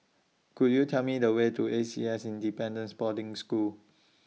Could YOU Tell Me The Way to A C S Independence Boarding School